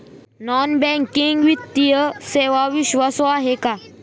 Non banking वित्तीय सेवा विश्वासू आहेत का?